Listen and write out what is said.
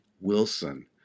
Wilson